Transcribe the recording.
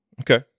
Okay